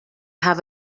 have